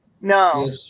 No